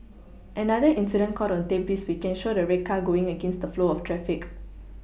another incident caught on tape this weekend showed a red car going against the flow of traffic